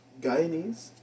Guyanese